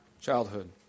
childhood